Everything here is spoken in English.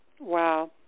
Wow